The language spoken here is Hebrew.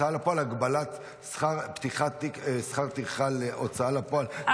הגבלת שכר טרחה להוצאה לפועל,